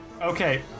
Okay